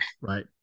Right